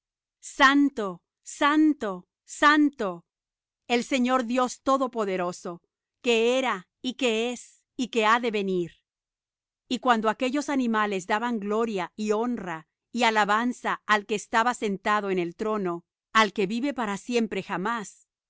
santo santo santo el señor dios todopoderoso que era y que es y que ha de venir y cuando aquellos animales daban gloria y honra y alabanza al que estaba sentado en el trono al que vive para siempre jamás